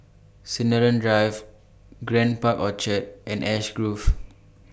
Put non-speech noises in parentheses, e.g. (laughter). (noise) Sinaran Drive Grand Park Orchard and Ash Grove